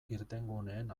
irtenguneen